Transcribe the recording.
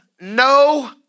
no